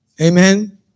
Amen